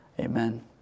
Amen